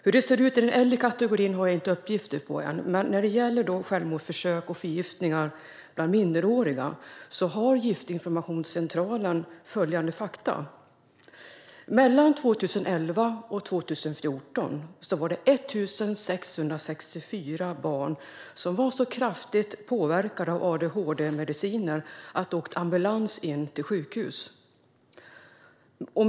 Hur det ser ut i den äldre kategorin har jag ännu inte uppgifter på, men när det gäller självmordsförsök och förgiftningar bland minderåriga har Giftinformationscentralen följande fakta: Mellan 2011 och 2014 var det 1 664 barn som var så kraftigt påverkade av adhd-mediciner att de åkte ambulans in till sjukhus.